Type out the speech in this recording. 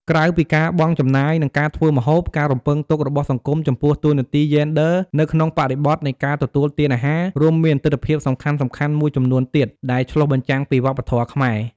ក្រៅពីការបង់ចំណាយ និងការធ្វើម្ហូប ការរំពឹងទុករបស់សង្គមចំពោះតួនាទីយេនឌ័រនៅក្នុងបរិបទនៃការទទួលទានអាហារ រួមមានទិដ្ឋភាពសំខាន់ៗមួយចំនួនទៀត ដែលឆ្លុះបញ្ចាំងពីវប្បធម៌ខ្មែរ។